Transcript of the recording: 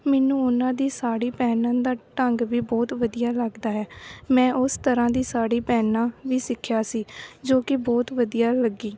ਮੈਨੂੰ ਉਹਨਾਂ ਦੀ ਸਾੜੀ ਪਹਿਨਣ ਦਾ ਢੰਗ ਵੀ ਬਹੁਤ ਵਧੀਆ ਲੱਗਦਾ ਹੈ ਮੈਂ ਉਸ ਤਰ੍ਹਾਂ ਦੀ ਸਾੜੀ ਪਹਿਨਣਾ ਵੀ ਸਿੱਖਿਆ ਸੀ ਜੋ ਕਿ ਬਹੁਤ ਵਧੀਆ ਲੱਗੀ